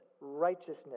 righteousness